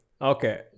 Okay